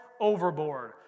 overboard